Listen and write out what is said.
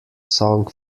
song